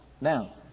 Now